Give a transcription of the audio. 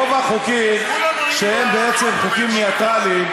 שהם בעצם חוקים נייטרליים,